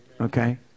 Okay